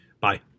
Bye